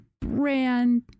brand